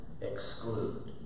exclude